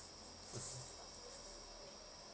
mmhmm